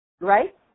Right